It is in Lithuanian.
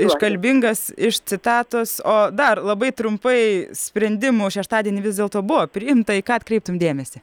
iškalbingas iš citatos o dar labai trumpai sprendimų šeštadienį vis dėlto buvo priimta į ką atkreiptum dėmesį